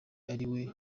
ariwe